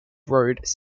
road